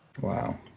wow